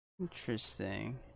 Interesting